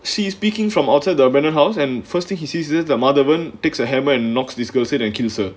see speaking from outside the abandoned house and first thing he sees this the madhavan takes a hammer and knocks this girl and kills her